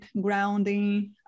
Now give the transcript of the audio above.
grounding